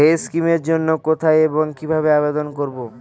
Day scheme এর জন্য কোথায় এবং কিভাবে আবেদন করব?